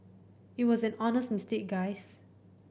it was an honest mistake guys